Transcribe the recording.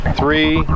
three